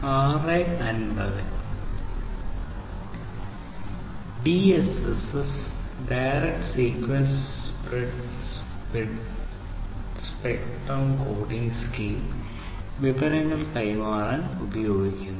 DSSS direct sequence spread spectrum coding scheme modulation DSSS ഉപയോഗിക്കുന്നു